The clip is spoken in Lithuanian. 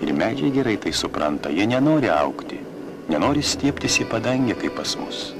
ir medžiai gerai tai supranta jie nenori augti nenori stiebtis į padangę kai pas mus